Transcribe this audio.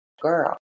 girl